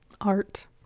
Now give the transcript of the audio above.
art